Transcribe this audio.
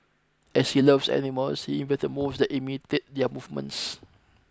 as he loves animals he invented moves that imitate their movements